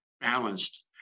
balanced